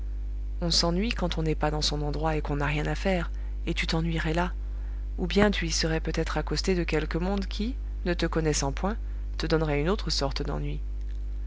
on s'ennuie quand on n'est pas dans son endroit et qu'on n'a rien à faire et tu t'ennuierais là ou bien tu y serais peut-être accostée de quelque monde qui ne te connaissant point te donnerait une autre sorte d'ennui